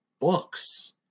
books